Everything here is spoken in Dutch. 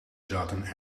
zaten